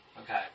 okay